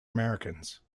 americans